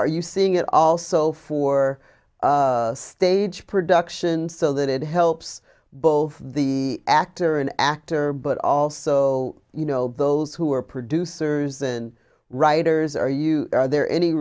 are you seeing it also for stage productions so that it helps both the actor an actor but also you know those who are producers and writers are you are there any